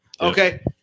Okay